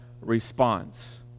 response